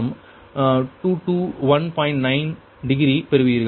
9 degree பெறுவீர்கள்